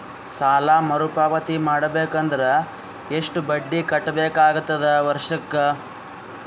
ಸಾಲಾ ಮರು ಪಾವತಿ ಮಾಡಬೇಕು ಅಂದ್ರ ಎಷ್ಟ ಬಡ್ಡಿ ಕಟ್ಟಬೇಕಾಗತದ ವರ್ಷಕ್ಕ?